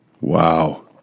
Wow